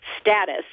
status